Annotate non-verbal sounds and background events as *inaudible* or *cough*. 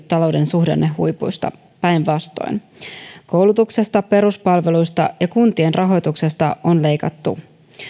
*unintelligible* talouden suhdannehuipuista päinvastoin koulutuksesta peruspalveluista ja kuntien rahoituksesta on leikattu